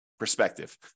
perspective